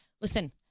Listen